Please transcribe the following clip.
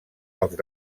als